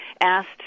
asked